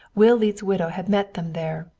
will leete's widow had met them there,